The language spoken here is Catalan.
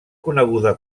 coneguda